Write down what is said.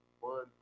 One